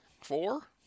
four